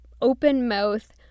open-mouth